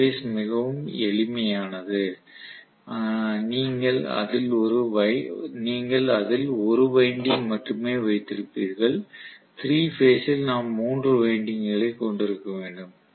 ஒற்றை பேஸ் மிகவும் எளிமையானது நீங்கள் அதில் ஒரு வைண்டிங் மட்டுமே வைத்திருப்பீர்கள் 3 பேஸ் ல் நாம் 3 வைண்டிங்க்குகளை கொண்டிருக்க வேண்டும்